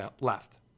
left